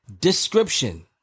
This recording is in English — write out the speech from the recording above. Description